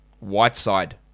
Whiteside